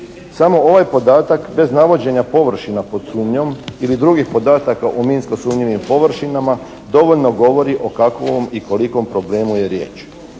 Samo ovaj podatak bez navođenja površina pod sumnjom ili drugih podataka o minsko sumnjivim površinama dovoljno govori o kakvom i kolikom problemu je riječ